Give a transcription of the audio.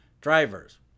drivers